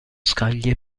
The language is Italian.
scaglie